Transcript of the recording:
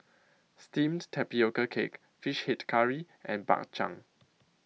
Steamed Tapioca Cake Fish Head Curry and Bak Chang